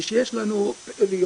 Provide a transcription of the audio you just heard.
כשיש לנו פעילויות